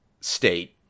state